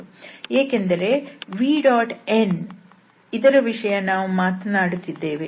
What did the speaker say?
ಯಾಕೆಂದರೆ ನಾವು vn ಇದರ ವಿಷಯ ಮಾತನಾಡುತ್ತಿದ್ದೇವೆ